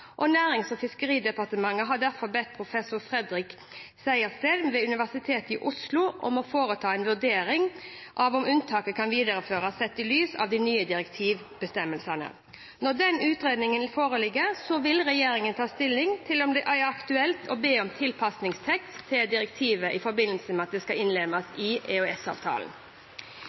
Nærings- og fiskeridepartementet har derfor bedt professor Fredrik Sejersted ved Universitetet i Oslo om å foreta en vurdering av om unntaket kan videreføres, sett i lys av de nye direktivbestemmelsene. Når den utredningen foreligger, vil regjeringen ta stilling til om det er aktuelt å be om tilpassingstekst til direktivet i forbindelse med at det skal innlemmes i